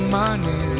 money